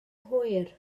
hwyr